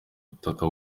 butaka